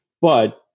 but-